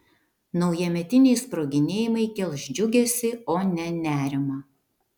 naujametiniai sproginėjimai kels džiugesį o ne nerimą